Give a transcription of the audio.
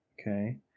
okay